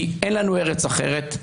כי אין לנו ארץ אחרת,